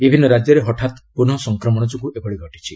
ବିଭିନ୍ନ ରାଜ୍ୟରେ ହଠାତ୍ ପ୍ରନଃ ସଫକ୍ମଣ ଯୋଗୁଁ ଏଭଳି ଘଟିଛି